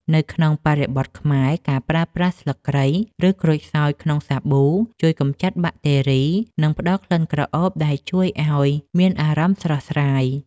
នៅក្នុងបរិបទខ្មែរ ការប្រើប្រាស់ស្លឹកគ្រៃ ឬក្រូចសើចក្នុងសាប៊ូ ជួយកម្ចាត់បាក់តេរី និងផ្តល់ក្លិនក្រអូបដែលជួយឱ្យមានអារម្មណ៍ស្រស់ស្រាយ។